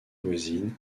voisines